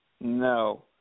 No